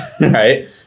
right